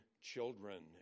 children